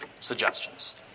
suggestions